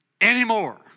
anymore